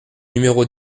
numéro